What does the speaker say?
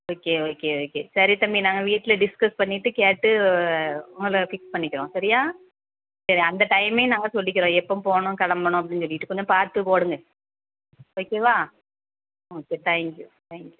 okay okay okay சரி தம்பி நாங்கள் வீட்டில் டிஸ்கஸ் பண்ணிவிட்டு கேட்டு உங்களை ஃபிக்ஸ் பண்ணிக்கிறோம் சரியா சரி அந்த டைமே நாங்கள் சொல்லிக்கிறோம் எப்போது போகணும் கிளம்பணும் அப்டின்னு சொல்லிவிட்டு கொஞ்சம் பார்த்து போடுங்க ஓகேவா ஓகே தேங்க்யூ தேங்க்யூ